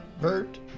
Bert